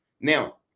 Now